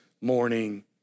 morning